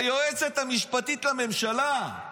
היועצת המשפטית לממשלה,